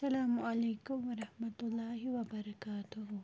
اَلسلامُ علیکُم وَرحمتُہ اللہ وَ بَرَکاتہوٗ